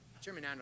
chairman